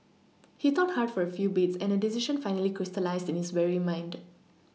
he thought hard for a few beats and a decision finally crystallised in his weary mind